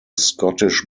scottish